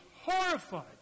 horrified